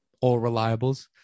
all-reliables